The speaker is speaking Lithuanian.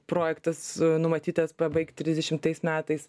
projektas numatytas pabaigt trisdešimtais metais